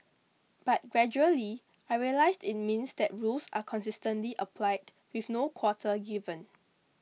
but gradually I realised it means that rules are consistently applied with no quarter given